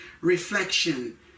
Reflection